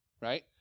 right